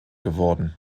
geworden